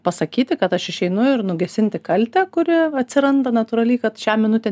pasakyti kad aš išeinu ir nugesinti kaltę kuri atsiranda natūraliai kad šią minutę